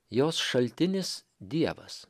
jos šaltinis dievas